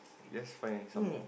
let's find some more